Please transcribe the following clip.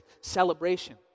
celebration